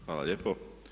Hvala lijepo.